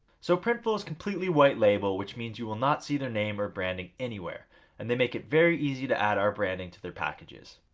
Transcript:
so, printful is completely white label, which means you will not see their name or branding anywhere and they make it very easy to add our branding to their packages.